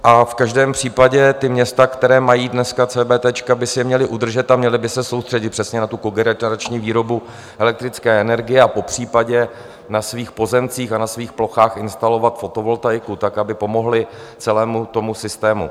A v každém případě města, která mají dneska cévétéčka, by si je měla udržet a měla by se soustředit přesně na tu kogenerační výrobu elektrické energie a popřípadě na svých pozemcích a na svých plochách instalovat fotovoltaiku tak, aby pomohla celému systému.